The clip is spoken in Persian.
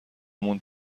موند